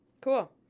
Cool